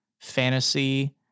fantasy